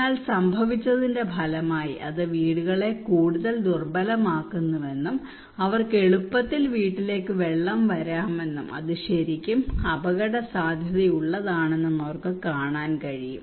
എന്നാൽ സംഭവിച്ചതിന്റെ ഫലമായി അത് വീടുകളെ കൂടുതൽ ദുർബലമാക്കുന്നുവെന്നും അവർക്ക് എളുപ്പത്തിൽ വീട്ടിലേക്ക് വെള്ളം വരാമെന്നും അത് ശരിക്കും അപകടസാധ്യതയുള്ളതാണെന്നും അവർക്ക് കാണാൻ കഴിയും